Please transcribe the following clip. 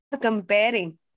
Comparing